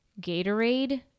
Gatorade